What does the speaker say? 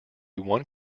one